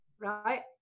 right